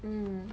mm